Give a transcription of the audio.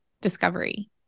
discovery